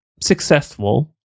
successful